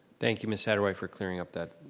thank you, miss saderwhite, for clearing up that